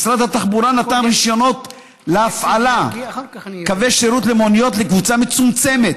משרד התחבורה נתן רישיונות להפעלת קווי שירות למוניות לקבוצה מצומצמת,